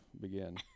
begin